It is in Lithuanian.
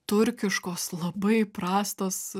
turkiškos labai prastos